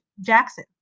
Jackson